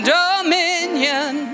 dominion